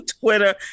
Twitter